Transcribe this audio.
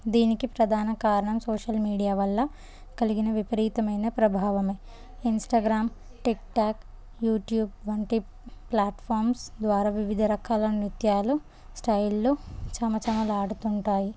దీనికి ప్రధాన కారణం సోషల్ మీడియా వల్ల కలిగిన విపరీతమైన ప్రభావమే ఇన్స్టాగ్రామ్ టిక్టాక్ యూట్యూబ్ వంటి ప్లాట్ఫామ్స్ ద్వారా వివిధ రకాల నృత్యాలు స్టైళ్ళు చమచమలాడుతుంటాయి